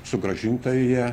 sugrąžinta į ją